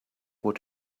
what